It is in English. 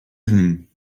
evening